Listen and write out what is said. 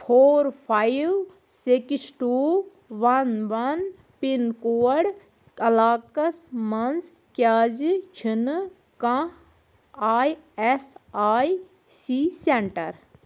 four five six two one one pin code علاقس مَنٛز کیٛازِ چھُنہٕ کانٛہہ I S I C centre